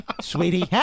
Sweetie